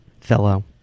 fellow